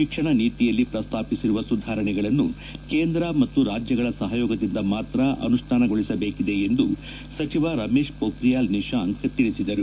ಶಿಕ್ಷಣ ನೀತಿಯಲ್ಲಿ ಪ್ರಸ್ತಾಪಿಸಿರುವ ಸುಧಾರಣೆಗಳನ್ನು ಕೇಂದ್ರ ಮತ್ತು ರಾಜ್ಯಗಳ ಸಹಯೋಗದಿಂದ ಮಾತ್ರ ಅನುಷ್ಠಾನಗೊಳಿಸಬೇಕಿದೆ ಎಂದು ಸಚಿವ ರಮೇಶ್ ಪೋಖ್ರಿಯಲ್ ನಿಶಾಂಕ್ ತಿಳಿಸಿದರು